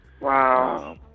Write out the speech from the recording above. Wow